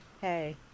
Hey